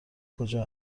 کجا